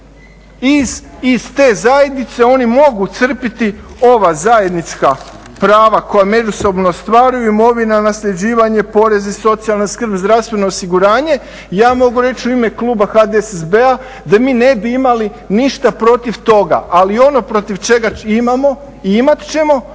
Iz te zajednice oni mogu crpiti ova zajednička prava koja međusobno ostvaruju, imovina, nasljeđivanje, porezi, socijalna skrb, zdravstveno osiguranja. Ja mogu reći u ime kluba HDSSB-a da mi ne bi imali ništa protiv toga, ali ono protiv čega imamo i imat ćemo,